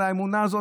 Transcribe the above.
על האמונה הזאת.